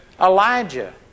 Elijah